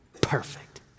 Perfect